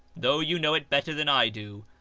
though you know it better than i do,